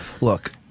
Look